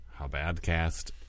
Howbadcast